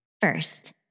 First